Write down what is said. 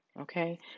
okay